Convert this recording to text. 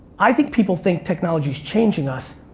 i think people think technology's changing us.